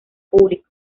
público